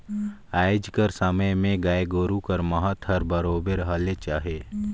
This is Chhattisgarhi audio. आएज कर समे में गाय गरू कर महत हर बरोबेर हलेच अहे